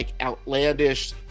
outlandish